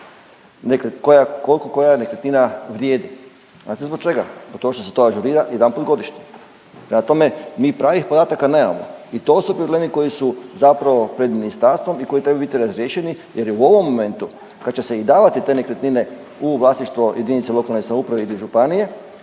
koliko koja nekretnina vrijedi. Znate zbog čega? Zbog toga što se to ažurira jedanput godišnje. Prema tome, mi pravih podataka nemamo i to su problemi koji su zapravo pred ministarstvom i koji trebaju biti razriješeni jer i u ovom momentu kad će i davati te nekretnine u vlasništvo jedinice lokalne samouprave ili županije